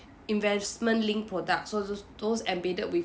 investment-linked products so those those embedded with